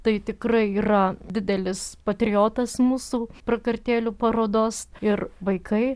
tai tikrai yra didelis patriotas mūsų prakartėlių parodos ir vaikai